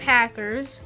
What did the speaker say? Packers